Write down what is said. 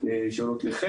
שעולות ל-ח'.